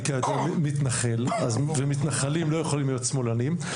כידוע מתנחל ומתנחלים לא יכולים להיות שמאלנים,